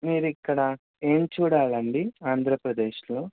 మీరు ఇక్కడ ఏం చూడాలండి ఆంధ్రప్రదేశ్లో